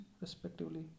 respectively